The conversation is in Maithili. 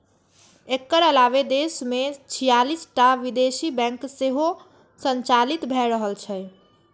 एकर अलावे देश मे छियालिस टा विदेशी बैंक सेहो संचालित भए रहल छै